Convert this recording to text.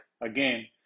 again